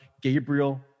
Gabriel